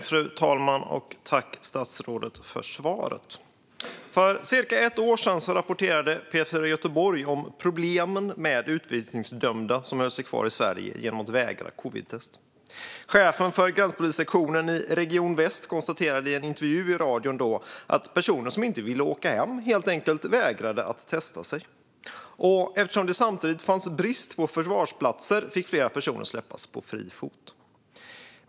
Fru talman! Jag tackar statsrådet för svaret. För cirka ett år sedan rapporterade P4 Göteborg om problemen med utvisningsdömda som höll sig kvar i Sverige genom att vägra covidtest. Chefen för gränspolissektionen i region Väst konstaterade i en intervju i radion att personer som inte ville åka hem helt enkelt vägrade att testa sig. Eftersom det samtidigt rådde brist på förvarsplatser fick flera personer släppas på fri fot.